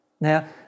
Now